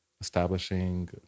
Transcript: establishing